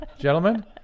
Gentlemen